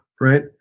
right